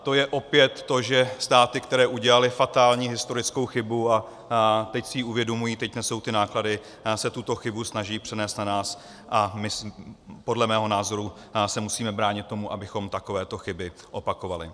To je opět to, že státy, které udělaly fatální historickou chybu a teď si ji uvědomují, teď nesou ty náklady, se tuto chybu snaží přenést na nás a my se podle mého názoru musíme bránit tomu, abychom takovéto chyby opakovali.